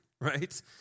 right